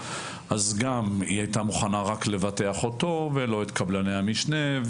אז גם היא הייתה מוכנה לבטח אותו ולא את קבלני המשנה.